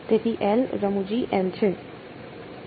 તેથી રમુજી છે